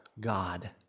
God